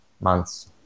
months